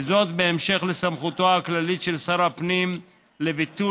וזאת בהמשך לסמכותו הכללית של שר הפנים לביטול